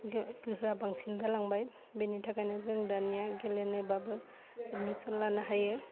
गो गोहोया बांसिन जालांबाय बेनि थाखाइनो जों दानिया गेलेनाय बाबो एदमिसन लानो हायो